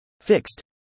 Fixed